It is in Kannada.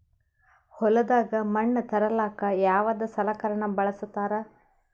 ಹೊಲದಾಗ ಮಣ್ ತರಲಾಕ ಯಾವದ ಸಲಕರಣ ಬಳಸತಾರ?